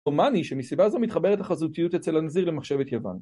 הומני שמסיבה זו מתחברת החזותיות אצל הנזיר למחשבת יוון